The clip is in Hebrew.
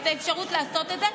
את האפשרות לעשות את זה,